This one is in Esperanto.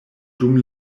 dum